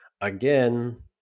Again